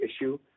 issue